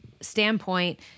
standpoint